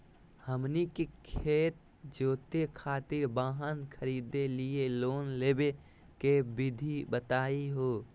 हमनी के खेत जोते खातीर वाहन खरीदे लिये लोन लेवे के विधि बताही हो?